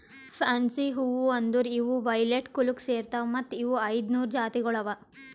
fancy ಹೂವು ಅಂದುರ್ ಇವು ವೈಲೆಟ್ ಕುಲಕ್ ಸೇರ್ತಾವ್ ಮತ್ತ ಇವು ಐದ ನೂರು ಜಾತಿಗೊಳ್ ಅವಾ